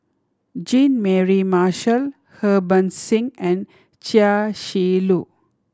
Jean Mary Marshall Harbans Singh and Chia Shi Lu